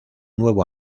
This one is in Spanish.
nuevo